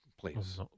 Please